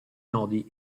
nodi